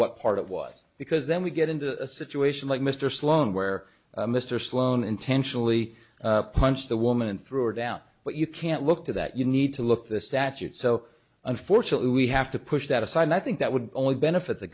what part of was because then we get into a situation like mr sloan where mr sloan intentionally punched the woman and threw it out but you can't look to that you need to look at this statute so unfortunately we have to push that aside i think that would only benefit the